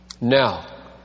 Now